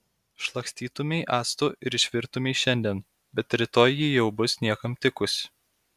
šlakstytumei actu ir išvirtumei šiandien bet rytoj ji jau bus niekam tikusi